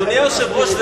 אדוני היושב-ראש,